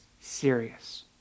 serious